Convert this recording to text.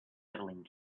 medaling